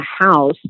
house